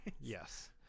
Yes